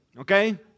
Okay